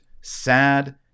sad